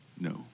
no